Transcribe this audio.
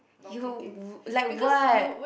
you're w~ like what